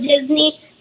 Disney